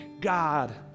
God